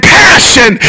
passion